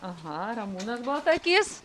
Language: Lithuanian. aha ramūnas baltakys